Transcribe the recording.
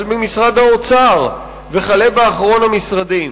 החל במשרד האוצר וכלה באחרון המשרדים.